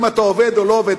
אם אתה עובד או לא עובד,